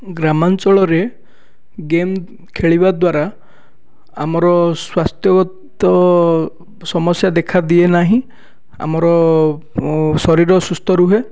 ଗ୍ରାମାଞ୍ଚଳରେ ଗେମ୍ ଖେଳିବା ଦ୍ଵାରା ଆମର ସ୍ଵାସ୍ଥ୍ୟଗତ ସମସ୍ୟା ଦେଖାଦିଏ ନାହିଁ ଆମର ଶରୀର ସୁସ୍ଥ ରୁହେ